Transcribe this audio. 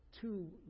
Two